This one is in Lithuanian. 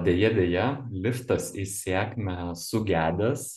deja deja liftas į sėkmę sugadęs